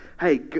hey